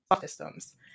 systems